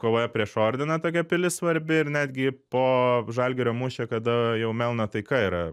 kovoje prieš ordiną tokia pilis svarbi ir netgi po žalgirio mūšio kada jau melno taika yra